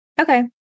Okay